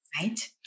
right